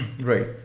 Right